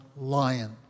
lion